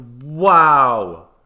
wow